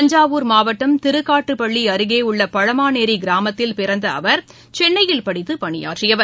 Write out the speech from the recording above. தஞ்சாவூர் மாவட்டம் திருக்காட்டுப்பள்ளி அருகே உள்ள பழமர்நேரி கிராமத்தில் பிறந்த அவர் சென்னையில் படித்து பணியாற்றியவர்